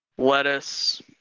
Lettuce